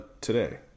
today